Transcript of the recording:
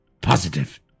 positive